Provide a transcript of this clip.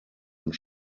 und